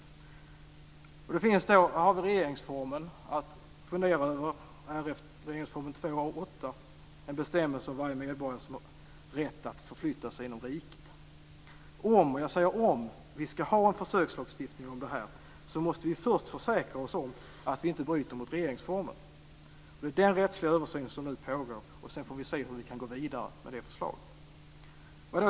Man måste då fundera över det som står i regeringensformen 2 kap. 8 §. Det är en bestämmelse om att varje medborgare har rätt att förflytta sig inom riket. Om, jag säger om, vi ska ha en försökslagstiftning i fråga om detta, så måste vi först försäkra oss om att vi inte bryter mot regeringsformen. Det är den rättsliga översynen som nu pågår. Sedan får vi se hur vi kan gå vidare med det förslaget.